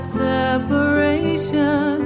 separation